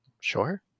Sure